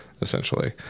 essentially